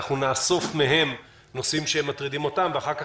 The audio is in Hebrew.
נאסוף מהם נושאים שמטרידים ואחר כך